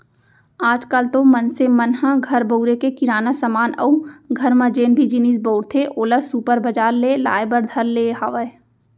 आज काल तो मनसे मन ह घर बउरे के किराना समान अउ घर म जेन भी जिनिस बउरथे ओला सुपर बजार ले लाय बर धर ले हावय